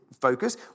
focus